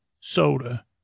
Soda